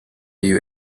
you